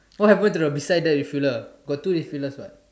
what happen to the beside the refiller got two refillers what